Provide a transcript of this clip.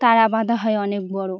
তারা বাঁধা হয় অনেক বড়ো